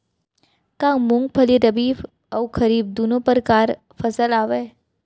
का मूंगफली रबि अऊ खरीफ दूनो परकार फसल आवय?